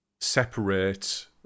separate